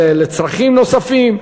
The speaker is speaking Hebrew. לצרכים נוספים,